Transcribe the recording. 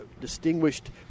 distinguished